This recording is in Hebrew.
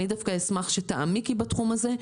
אני אשמח שתעמיקי בתחום הזה.